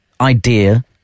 idea